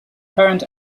current